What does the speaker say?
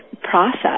process